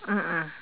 mm mm